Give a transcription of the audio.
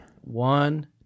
One